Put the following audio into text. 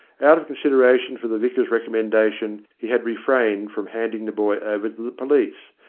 out of con sideration for the vicar's recommendation he had refrained from handing the boy over to the police,